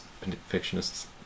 perfectionist's